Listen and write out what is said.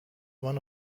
one